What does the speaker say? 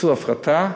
עשו הפרטה,